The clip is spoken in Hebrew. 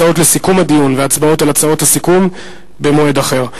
הצעות לסיכום הדיון והצבעות על הצעות הסיכום במועד אחר.